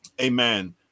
amen